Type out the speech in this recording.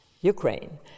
Ukraine